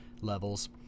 levels